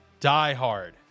diehard